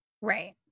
Right